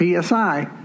PSI